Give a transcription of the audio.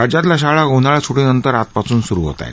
राज्यातल्या शाळा उन्हाळी सुटीनंतर आजपासून सुरु होत आहेत